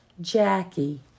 Jackie